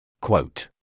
Quote